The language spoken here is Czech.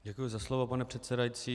Děkuji za slovo pane předsedající.